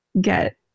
get